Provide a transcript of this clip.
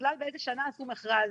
ובכלל באיזו שנה עשו מכרז.